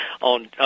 on